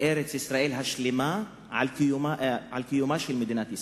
ארץ-ישראל השלמה על קיומה של מדינת ישראל,